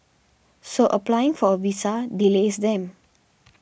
so applying for a visa delays them